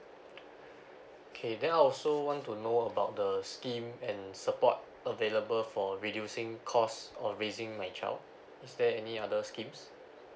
okay then I also want to know about the scheme and support available for reducing cost or raising my child is there any other schemes